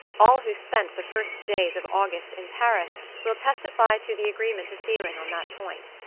all who spent the first days of august in paris will testify to the agreement of feeling on that point.